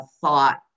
thought